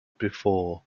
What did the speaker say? before